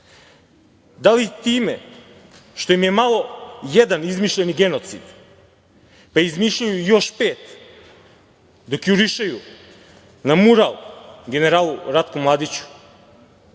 Da li time što im je malo jedan izmišljeni genocid pa izmišljaju još pet, dok jurišaju na mural generala Ratka Mladića,